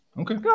Okay